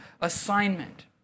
assignment